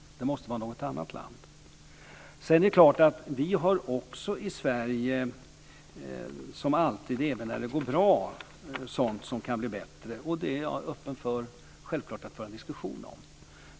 Det måste vara något annat land. Sedan är det klart att det i Sverige alltid - även när det går bra - finns sådant som kan bli bättre. Jag är självklart öppen för att föra en diskussion om det.